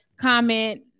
comment